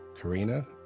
Karina